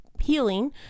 healing